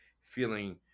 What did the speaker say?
feeling